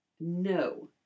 No